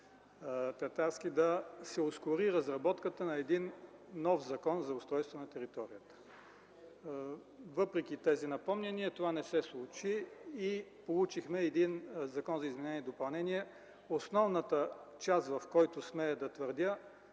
да се ускори разработката на един нов Закон за устройство на територията. Въпреки тези напомняния това не се случи и получихме един законопроект за изменение и допълнение, основната част в който, смея да твърдя,